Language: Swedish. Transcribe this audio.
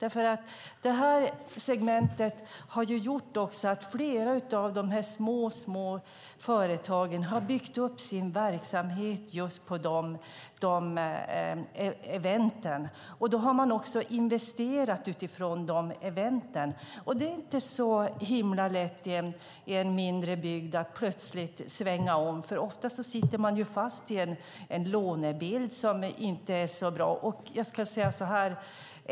Inom det här segmentet har flera av de små företagen byggt upp sin verksamhet på olika event. Då har man också investerat utifrån dessa event. Det är inte så himla lätt i en mindre bygd att plötsligt svänga om. Oftast sitter man i en lånesituation som inte är så bra.